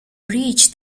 reach